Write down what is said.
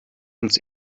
uns